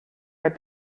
had